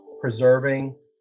preserving